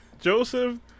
Joseph